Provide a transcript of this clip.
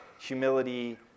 humility